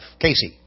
Casey